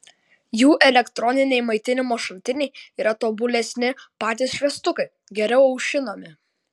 jų elektroniniai maitinimo šaltiniai yra tobulesni patys šviestukai geriau aušinami